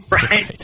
right